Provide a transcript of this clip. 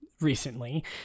recently